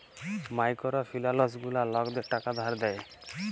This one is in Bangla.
মাইকোরো ফিলালস গুলা লকদের টাকা ধার দেয়